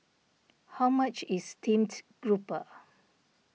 how much is Steamed Grouper